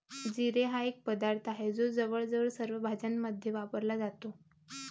जिरे हा एक पदार्थ आहे जो जवळजवळ सर्व भाज्यांमध्ये वापरला जातो